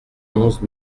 onze